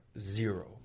zero